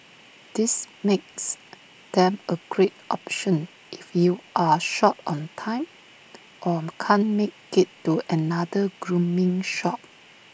this makes them A great option if you're short on time or can't make IT to another grooming shop